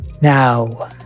Now